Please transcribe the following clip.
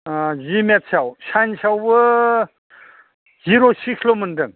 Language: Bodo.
जि मेथ्सआव साइन्सआवबो जिर' सिक्सल' मोनदों